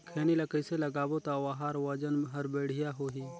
खैनी ला कइसे लगाबो ता ओहार वजन हर बेडिया होही?